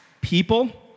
people